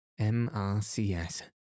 MRCS